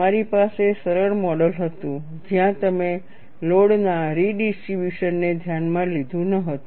તમારી પાસે સરળ મોડેલ હતું જ્યાં તમે લોડ ના રિડિસ્ટ્રિબ્યુશન ને ધ્યાનમાં લીધું ન હતું